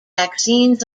vaccines